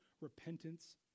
repentance